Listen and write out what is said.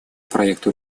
проекту